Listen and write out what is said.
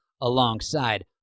alongside